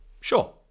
Sure